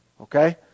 okay